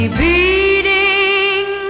beating